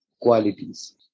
qualities